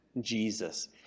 Jesus